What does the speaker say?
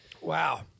Wow